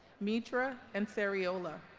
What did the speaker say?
mitra ansariola